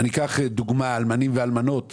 אני אקח את הדוגמה של האלמנים והאלמנות.